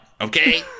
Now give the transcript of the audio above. okay